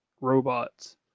robots